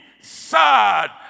sad